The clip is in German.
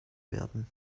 werden